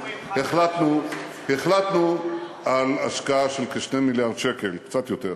החלטנו על השקעה של כ-2 מיליארד שקל, קצת יותר,